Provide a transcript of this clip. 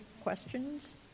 questions